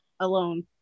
Alone